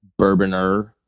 Bourboner